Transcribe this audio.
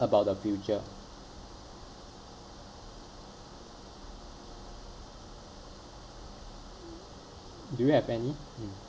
about the future do you have any mm